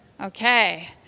okay